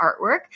artwork